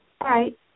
Right